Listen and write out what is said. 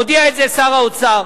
הודיע על זה שר האוצר.